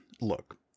look